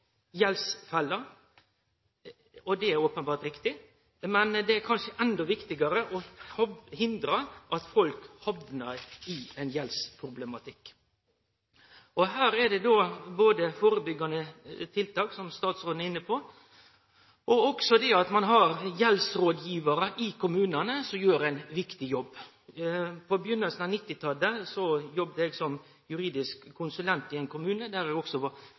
hamnar i gjeldsproblem. Her er det viktig med førebyggjande tiltak, som statsråden var inne på, og også at ein har gjeldsrådgivarar, som gjer ein viktig jobb i kommunane. På starten av 1990-talet jobba eg som juridisk konsulent i ein kommune der eg var ansvarleg for gjeldsrådgiving og også var